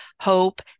hope